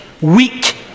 weak